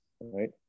right